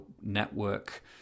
Network